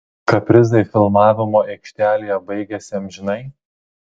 kaprizai filmavimo aikštelėje baigėsi amžinai